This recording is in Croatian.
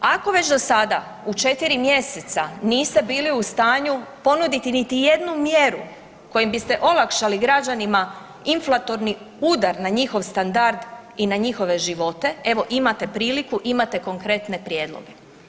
Ako već do sada u četiri mjeseca niste bili u stanju ponuditi niti jednu mjeru kojom biste olakšali građanima inflatorni udar na njihov standard i na njihove živote, evo imate priliku, imate konkretne prijedloge.